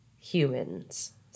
humans